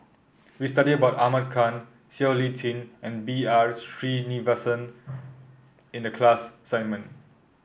we studied about Ahmad Khan Siow Lee Chin and B R Sreenivasan in the class assignment